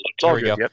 Sorry